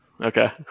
Okay